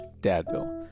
dadville